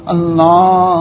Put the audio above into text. Allah